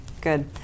good